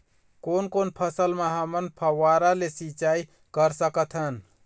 कोन कोन फसल म हमन फव्वारा ले सिचाई कर सकत हन?